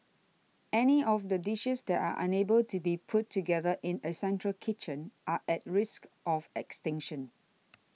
any of the dishes that are unable to be put together in a central kitchen are at risk of extinction